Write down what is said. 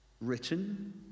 written